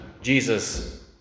Jesus